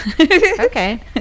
okay